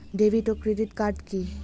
David ও credit card কি?